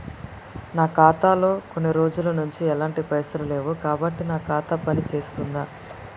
నా ఖాతా లో కొన్ని రోజుల నుంచి ఎలాంటి పైసలు లేవు కాబట్టి నా ఖాతా పని చేస్తుందా?